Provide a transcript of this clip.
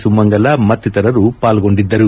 ಸುಮಂಗಲ ಮತ್ತಿತರರು ಪಾಲ್ಗೊಂಡಿದ್ದರು